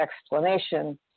explanation